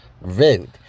Rude